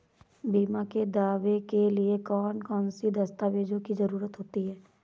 बीमा के दावे के लिए कौन कौन सी दस्तावेजों की जरूरत होती है?